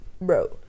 bro